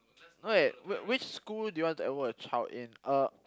no wait whi~ which school do you want to enroll your child in uh